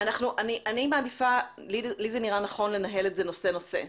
לי נראה נכון לנהל את זה נושא נושא.